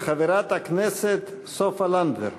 של חברת הכנסת סופה לנדבר.